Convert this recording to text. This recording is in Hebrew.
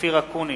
אופיר אקוניס,